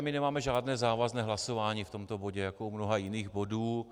My nemáme žádné závazné hlasování v tomto bodě, jako u mnoha jiných bodů.